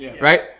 Right